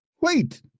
Wait